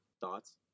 Thoughts